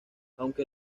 aunque